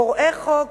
פורעי חוק,